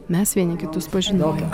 mes vieni kitus pažindavom